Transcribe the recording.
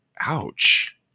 Ouch